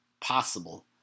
possible